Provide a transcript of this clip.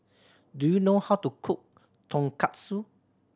do you know how to cook Tonkatsu